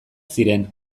ziren